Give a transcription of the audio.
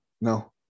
No